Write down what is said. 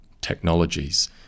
technologies